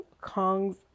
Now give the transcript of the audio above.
kong's